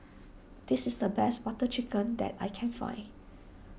this is the best Butter Chicken that I can find